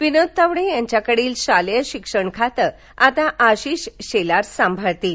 विनोद तावडे यांच्याकडील शालेय शिक्षण खातं आता आशिष शेलार सांभाळतील